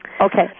okay